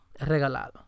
regalado